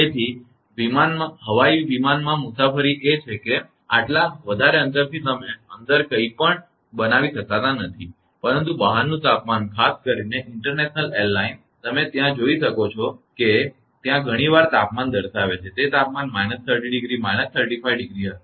તેથી હવાઇ વિમાનમાં મુસાફરી એ છે કે આટલા વધારે અંતરથી તમે અંદર કંઈપણ બનાવી શકતા નથી પરંતુ બહારનું તાપમાન ખાસ કરીને આંતરરાષ્ટ્રીય એરલાઇન્સ તમે ત્યાં જોઈ શકો છો ત્યાં ધણી વાર તાપમાન દર્શાવે છે તે તાપમાન −30° −35°C હશે